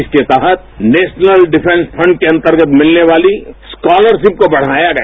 इसके तहत national defence fund के अंतर्गत मिलने वाली स्कॉलरशिप को बढ़ाया गया